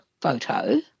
photo